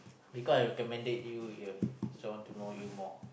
because I recommended you ya so want to know you more